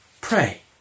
Pray